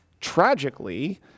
Tragically